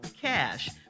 cash